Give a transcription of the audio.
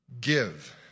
Give